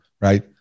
right